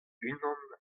unan